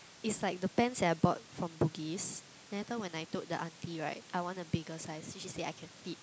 is like the pants that I bought from Bugis then later when I told the auntie right I want a bigger size she just say I can fit